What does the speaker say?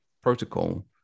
protocol